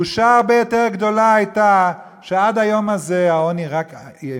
בושה הרבה יותר גדולה למדינה שעד היום הזה העוני רק העמיק,